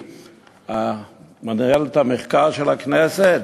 לפי מחלקת המחקר של הכנסת,